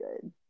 good